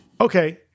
okay